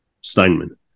Steinman